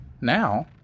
now